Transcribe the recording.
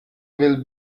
will